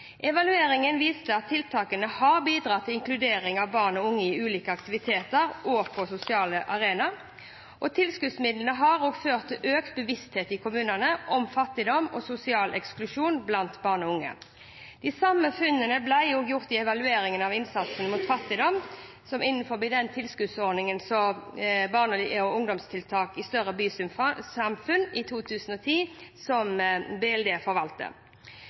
Evalueringen viste at tiltakene har bidratt til inkludering av barn og unge i ulike aktiviteter og på sosiale arenaer. Tilskuddsmidlene har også ført til økt bevissthet i kommunene om fattigdom og sosial eksklusjon blant barn og unge. De samme funnene ble gjort i evalueringen av innsatsen mot fattigdom innenfor tilskuddsordningen Barne- og ungdomstiltak i større bysamfunn i 2010, som BLD